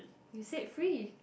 you said free